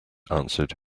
answered